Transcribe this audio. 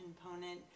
component